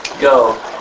Go